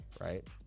right